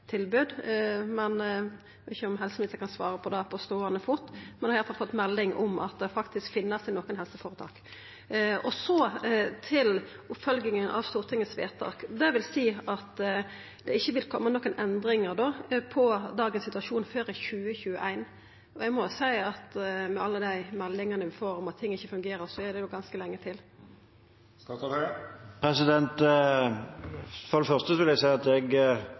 om helseministeren kan svara på dette på ståande fot, men eg har i alle fall fått melding om at det faktisk finst i nokre helseføretak. Så til oppfølginga av Stortingets vedtak: Vil det seia at det ikkje kjem nokre endringar i dagens situasjon før i 2021? Eg må seia at med alle meldingane vi får om at ting ikkje fungerer, er det ganske lenge til. For det første vil jeg si at jeg